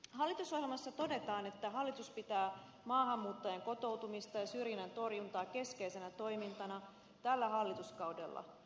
hallitusohjelmassa todetaan että hallitus pitää maahanmuuttajien kotoutumista ja syrjinnän torjuntaa keskeisenä toimintana tällä hallituskaudella